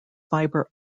fiber